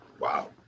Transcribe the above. Wow